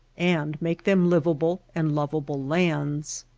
and make them livable and lovable lands.